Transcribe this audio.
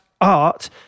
art